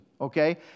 okay